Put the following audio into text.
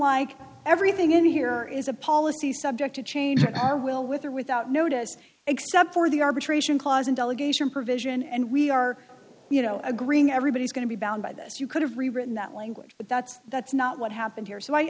like everything in here is a policy subject to change our will with or without notice except for the arbitration clause in delegation provision and we are you know agreeing everybody's going to be bound by this you could have rewritten that language but that's that's not what happened here so i